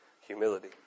humility